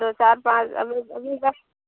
दो चार पाँच अभी अभी बस